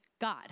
God